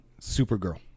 Supergirl